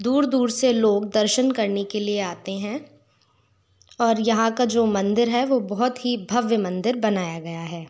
दूर दूर से लोग दर्शन करने के लिए आते हैं और यहाँ का जो मंदिर है वो बहुत ही भव्य मंदिर बनाया गया है